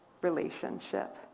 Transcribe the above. relationship